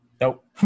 Nope